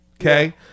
Okay